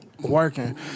Working